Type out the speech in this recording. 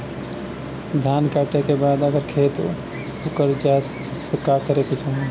धान कांटेके बाद अगर खेत उकर जात का करे के चाही?